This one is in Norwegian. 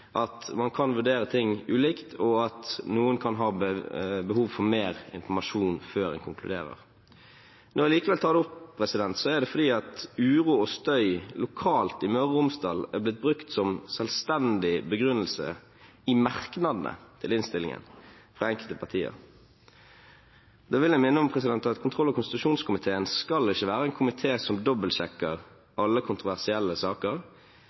at man kan vurdere ting ulikt, og at noen kan ha behov for mer informasjon før man konkluderer. Når jeg likevel tar det opp, er det fordi uro og støy lokalt i Møre og Romsdal er blitt brukt som selvstendig begrunnelse i merknadene til innstillingen fra enkelte partier. Da vil jeg minne om at kontroll- og konstitusjonskomiteen skal ikke være en komité som dobbeltsjekker alle kontroversielle saker